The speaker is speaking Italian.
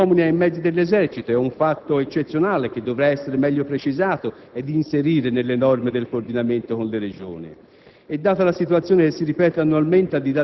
Nell'emergenza degli ultimi giorni si è fatto ricorso anche agli uomini e ai mezzi dell'Esercito: si tratta di un fatto eccezionale, che dovrà essere meglio precisato ed inserito nelle norme sul coordinamento con le Regioni.